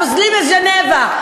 פוזלים לז'נבה.